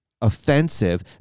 offensive